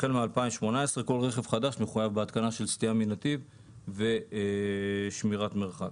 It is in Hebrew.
החל מ-2018 כל רכב חדש מחויב בהתקנה של סטייה מנתיב ושמירת מרחק.